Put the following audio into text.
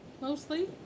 Mostly